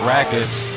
Rackets